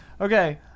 okay